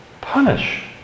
punish